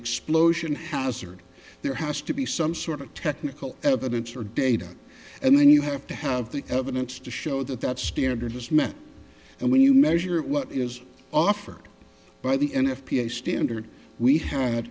explosion hazard there has to be some sort of technical evidence or data and then you have to have the evidence to show that that standard was met and when you measure what is offered by the n f p a standard we had